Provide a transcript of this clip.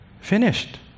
Finished